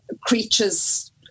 creatures